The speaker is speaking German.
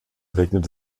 regnet